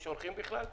יש אורחים בכלל?